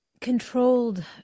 controlled